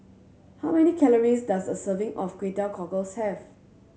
how many calories does a serving of Kway Teow Cockles have